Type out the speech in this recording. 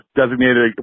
designated